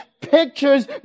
pictures